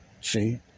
See